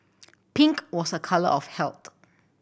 pink was a colour of health